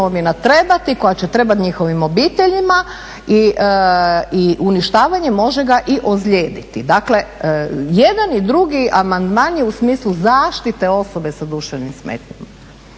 koja će trebati njihovim obiteljima i uništavanje može ga i ozlijediti. Dakle, jedan i drugi amandman je u smislu zaštite osobe sa duševnim smetnjama.